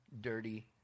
dirty